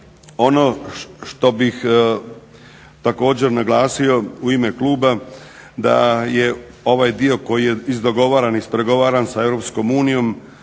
Ono što bih također naglasio u ime kluba, da je ovaj dio koji je izdogovaran i ispregovaran sa Europskom unijom,